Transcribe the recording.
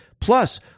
Plus